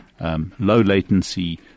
low-latency